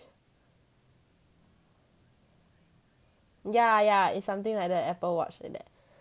yeah yeah it's something like the apple watch like that